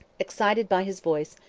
excited by his voice,